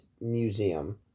Museum